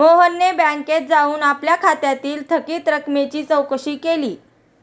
मोहनने बँकेत जाऊन आपल्या खात्यातील थकीत रकमेची चौकशी केली